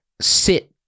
sit